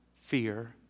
fear